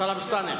טלב אלסאנע?